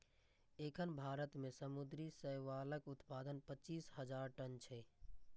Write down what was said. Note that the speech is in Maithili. एखन भारत मे समुद्री शैवालक उत्पादन पच्चीस हजार टन छै